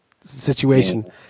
situation